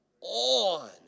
on